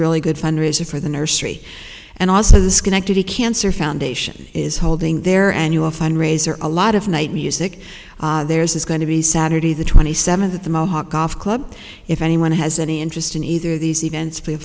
really good fundraiser for the nursery and also the schenectady cancer foundation is holding their annual fund raiser a lot of night music there is going to be saturday the twenty seventh at the mohawk golf club if anyone has any interest in either of these events